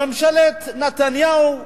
ממשלת נתניהו,